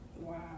Wow